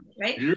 Right